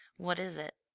what is it?